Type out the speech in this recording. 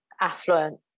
affluent